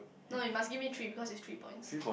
no you must give me three because it's three points